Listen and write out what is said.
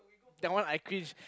that one I cringe